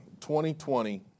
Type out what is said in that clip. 2020